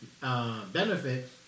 benefit